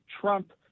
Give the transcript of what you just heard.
Trump